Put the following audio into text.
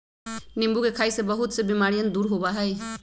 नींबू के खाई से बहुत से बीमारियन दूर होबा हई